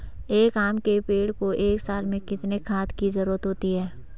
एक आम के पेड़ को एक साल में कितने खाद की जरूरत होती है?